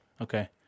Okay